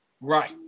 right